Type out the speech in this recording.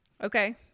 Okay